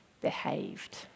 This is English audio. behaved